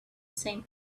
same